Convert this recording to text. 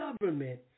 government